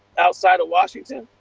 outside of washington,